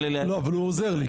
הוא עוזר לי.